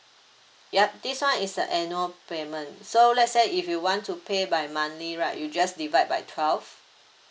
yup this one is the annual payment so let's say if you want to pay by monthly right you just divide by twelve